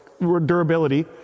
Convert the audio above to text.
durability